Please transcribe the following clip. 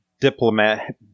diplomat